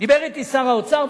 דיבר אתי שר האוצר,